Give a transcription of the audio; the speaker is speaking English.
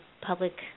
public